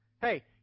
hey